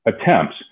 attempts